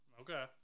Okay